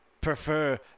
prefer